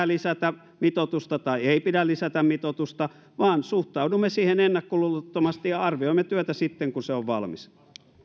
lisätä mitoitusta tai ei pidä lisätä mitoitusta vaan suhtaudumme siihen ennakkoluulottomasti ja arvioimme työtä sitten kun se on valmis